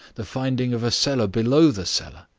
the finding of a cellar below the cellar,